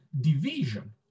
division